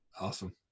Awesome